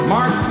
Mark